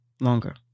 Longer